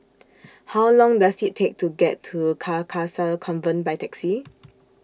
How Long Does IT Take to get to Carcasa Convent By Taxi